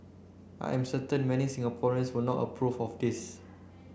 I am certain many Singaporeans will not approve of this